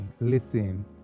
Listen